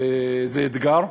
זה אתגר,